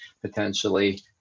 potentially